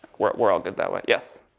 we're, we're all good that way. yes?